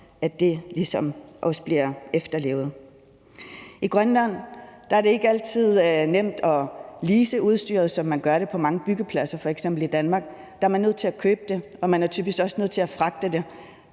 at det bliver efterlevet. I Grønland er det ikke altid nemt at lease udstyret, sådan som man gør det på mange byggepladser i f.eks. Danmark, men der er man nødt til at købe det, og man er typisk også nødt til at fragte det,